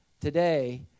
today